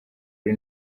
ari